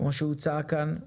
כמו שהוצע כאן.